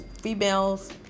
females